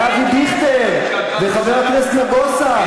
ואבי דיכטר, וחבר הכנסת נגוסה.